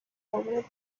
قربون